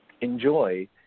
enjoy